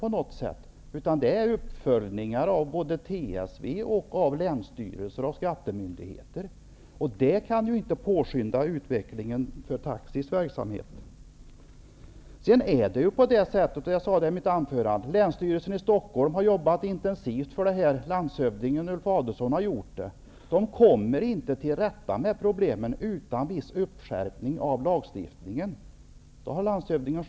Det skall göras uppföljningar av TSV, av länsstyrelser och av skattemyndigheter, och det kan inte påskynda utvecklingen beträffande taxiverksamheten. Som jag sade i mitt anförande har vidare länsstyrelsen i Stockholms län och landshövding Ulf Adelsohn arbetat intensivt med detta, och landshövdingen har själv sagt att man där inte kommer till rätta med problemen utan en viss skärpning av lagstiftningen.